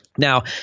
Now